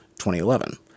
2011